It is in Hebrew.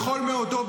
בכל מאודו,